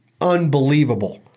unbelievable